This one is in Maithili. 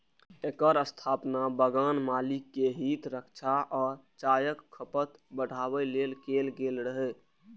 एकर स्थापना बगान मालिक के हित रक्षा आ चायक खपत बढ़ाबै लेल कैल गेल रहै